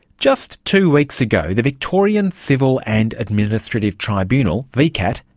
just two weeks ago, the victorian civil and administrative tribunal, vcat,